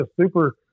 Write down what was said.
super